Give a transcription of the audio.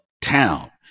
town